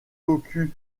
tokugawa